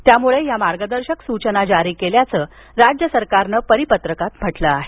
त्यामुळे या मार्गदर्शक सूचना जारी केल्याचं राज्य सरकारनं परिपत्रकात म्हटलं आहे